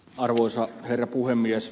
arvoisa herra puhemies